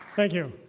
thank you.